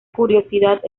curiosidad